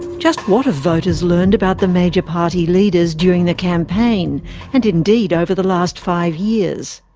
just what have voters learned about the major party leaders during the campaign and indeed over the last five years?